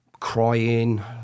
crying